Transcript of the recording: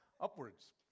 Upwards